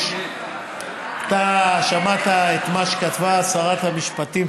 קיש, אתה שמעת את מה שכתבה שרת המשפטים